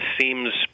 seems